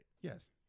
Yes